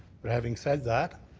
but having said that,